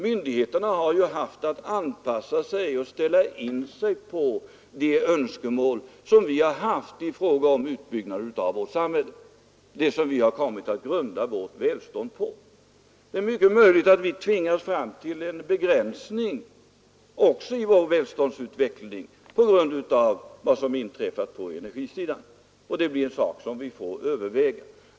Myndigheterna har haft att anpassa sig och ställa in sig efter de önskemål som vi har haft i fråga om utbyggnaden av vårt samhälle — det som vi har kommit att grunda vårt välstånd på. Det är mycket möjligt att vi tvingas fram till begränsning också av vår välståndsutveckling på grund av vad som inträffat på energisidan, och det blir en sak som vi får överväga.